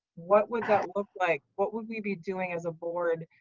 what would that look like? what would we be doing as a board,